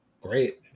Great